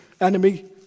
enemy